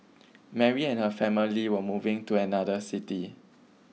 Mary and her family were moving to another city